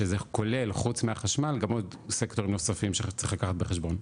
שזה כולל חוץ מהחשמל וקטורים נוספים שצריך לקחת בחשבון,